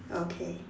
okay